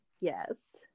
Yes